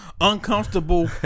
uncomfortable